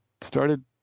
started